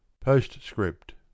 Postscript